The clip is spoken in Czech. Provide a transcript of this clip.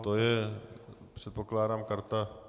To je, předpokládám, karta...